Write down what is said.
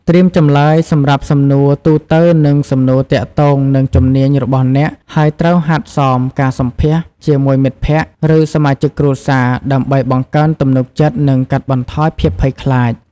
ត្រៀមចម្លើយសម្រាប់សំណួរទូទៅនិងសំណួរទាក់ទងនឹងជំនាញរបស់អ្នកហើយត្រូវហាត់សមការសម្ភាសន៍ជាមួយមិត្តភក្តិ ឬសមាជិកគ្រួសារ ដើម្បីបង្កើនទំនុកចិត្ត និងកាត់បន្ថយភាពភ័យខ្លាច។